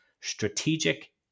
strategic